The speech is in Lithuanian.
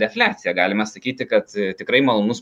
defliacija galima sakyti kad tikrai malonus